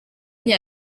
nke